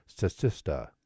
Statista